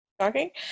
Okay